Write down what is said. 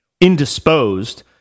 indisposed